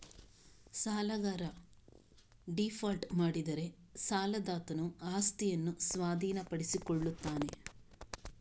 ಸಾಲಗಾರ ಡೀಫಾಲ್ಟ್ ಮಾಡಿದರೆ ಸಾಲದಾತನು ಆಸ್ತಿಯನ್ನು ಸ್ವಾಧೀನಪಡಿಸಿಕೊಳ್ಳುತ್ತಾನೆ